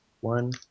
one